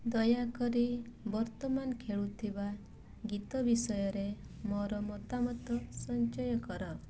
ଦୟାକରି ବର୍ତ୍ତମାନ ଖେଳୁଥିବା ଗୀତ ବିଷୟରେ ମୋର ମତାମତ ସଞ୍ଚୟ କର